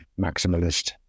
maximalist